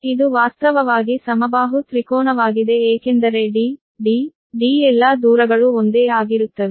ಇದು ವಾಸ್ತವವಾಗಿ ಸಮಬಾಹು ತ್ರಿಕೋನವಾಗಿದೆ ಏಕೆಂದರೆ d d d ಎಲ್ಲಾ ಡಿಸ್ಟೆನ್ಸ್ ಗಳು ಒಂದೇ ಆಗಿರುತ್ತವೆ